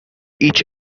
each